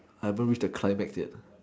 I haven't reach the climax yet